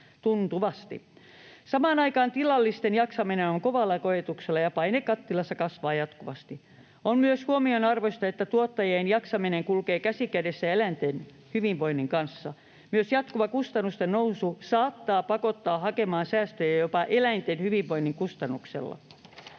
tuntuvasti? Samaan aikaan tilallisten jaksaminen on kovalla koetuksella, ja paine kattilassa kasvaa jatkuvasti. On myös huomionarvoista, että tuottajien jaksaminen kulkee käsi kädessä eläinten hyvinvoinnin kanssa. Myös jatkuva kustannusten nousu saattaa pakottaa hakemaan säästöjä jopa eläinten hyvinvoinnin kustannuksella.